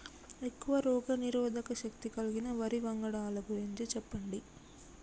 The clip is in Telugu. ఎక్కువ రోగనిరోధక శక్తి కలిగిన వరి వంగడాల గురించి చెప్పండి?